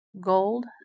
Gold